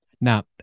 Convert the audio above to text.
Now